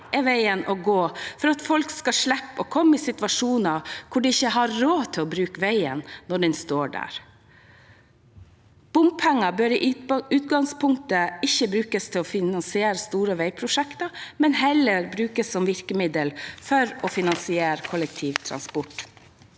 er veien å gå for at folk skal slippe å komme i situasjoner hvor man ikke har råd til å bruke veien når den står der. Bompenger bør i utgangspunktet ikke brukes til å finansiere store veiprosjekter, men heller brukes som virkemiddel for å finansiere kollektivtransport.